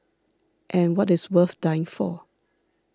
and what is worth dying for